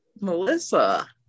Melissa